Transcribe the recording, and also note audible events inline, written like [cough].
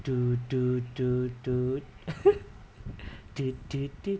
[noise] [laughs] [noise]